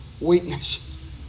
weakness